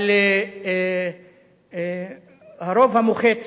אבל הרוב המוחץ